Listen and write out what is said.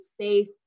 safe